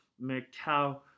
Macau